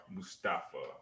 Mustafa